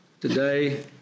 Today